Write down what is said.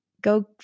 Go